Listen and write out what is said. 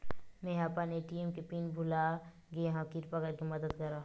मेंहा अपन ए.टी.एम के पिन भुला गए हव, किरपा करके मदद करव